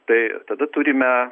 tai tada turime